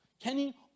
Kenny